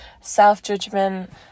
self-judgment